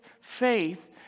faith